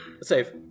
Save